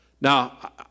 Now